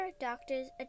doctors